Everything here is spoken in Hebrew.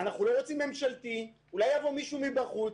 אנחנו לא רוצים ממשלתי, אולי יבוא מישהו מבחוץ?